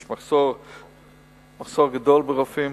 יש מחסור גדול ברופאים,